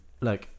Look